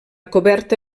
coberta